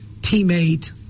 teammate